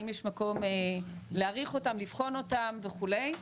האם יש מקום להאריך אותן לבחון אותן וכולי.